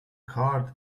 card